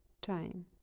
time